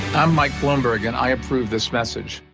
i'm mike bloomberg and i approve this message.